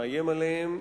מאיים עליהם,